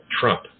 Trump